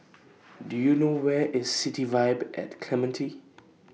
Do YOU know Where IS City Vibe At Clementi